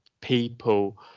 people